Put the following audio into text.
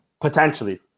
Potentially